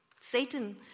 Satan